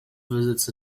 visits